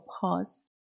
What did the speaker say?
pause